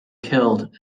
killed